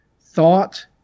thought